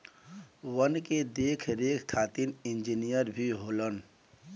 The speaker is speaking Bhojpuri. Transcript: वन के देख रेख खातिर इंजिनियर भी होलन